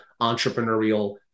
entrepreneurial